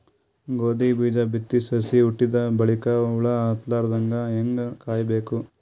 ಗೋಧಿ ಬೀಜ ಬಿತ್ತಿ ಸಸಿ ಹುಟ್ಟಿದ ಬಲಿಕ ಹುಳ ಹತ್ತಲಾರದಂಗ ಹೇಂಗ ಕಾಯಬೇಕು?